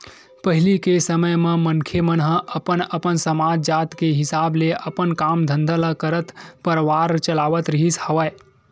पहिली के समे म मनखे मन ह अपन अपन समाज, जात के हिसाब ले अपन काम धंधा ल करत परवार चलावत रिहिस हवय